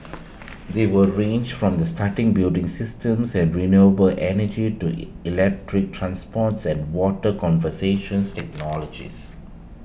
they will range from the starting building systems and renewable energy to electric transports and water conservations technologies